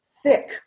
thick